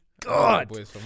god